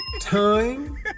time